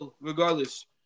regardless